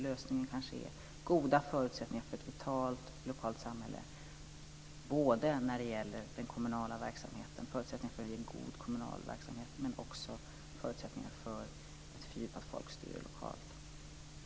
Lösningen kanske är goda förutsättningar för ett vitalt lokalt samhälle både när det gäller förutsättningar för en god kommunal verksamhet och förutsättningar för ett fördjupat folkstyre lokalt.